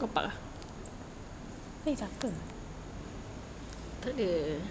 ni ke aku